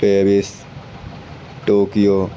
Paris Tokyo